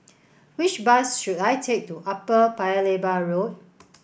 which bus should I take to Upper Paya Lebar Road